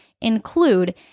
include